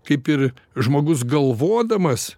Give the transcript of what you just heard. kaip ir žmogus galvodamas